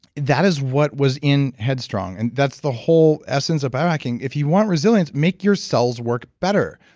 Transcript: that is what was in headstrong, and that's the whole essence of biohacking. if you want resilience, make your cells work better.